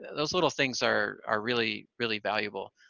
those little things are are really, really valuable.